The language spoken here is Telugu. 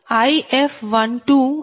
If120